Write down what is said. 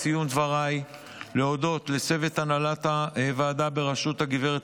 בסיום דבריי להודות לצוות הנהלת הוועדה בראשות הגברת